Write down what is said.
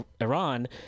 iran